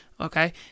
Okay